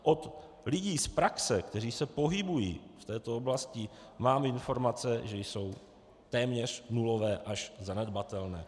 Od lidí z praxe, kteří se pohybují v této oblasti, mám informace, že jsou téměř nulové až zanedbatelné.